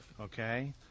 Okay